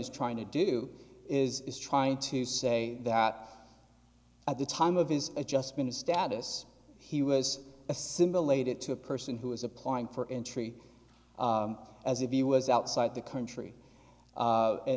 is trying to do is is trying to say that at the time of his adjustment of status he was a simulated to a person who is applying for entry as if he was outside the country